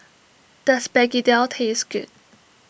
does Begedil taste good